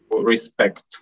respect